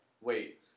Wait